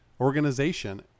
organization